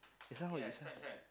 this one how